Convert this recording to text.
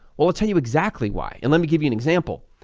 well, i'll tell you exactly why and let me give you an example.